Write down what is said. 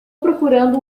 procurando